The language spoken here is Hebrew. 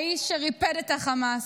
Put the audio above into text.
האיש שריפד את החמאס,